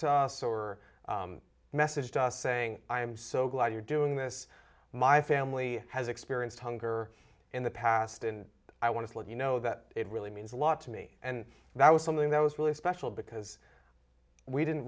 to us or message to us saying i am so glad you're doing this my family has experienced hunger in the past and i want to let you know that it really means a lot to me and that was something that was really special because we didn't